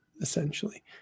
essentially